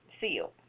sealed